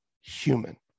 human